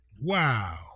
Wow